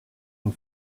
une